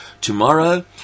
tomorrow